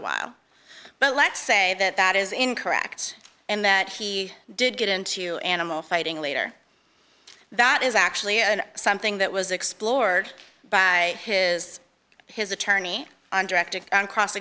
a while but let's say that that is incorrect and that he did get into animal fighting later that is actually something that was explored by his his attorney